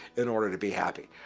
in order to be happy.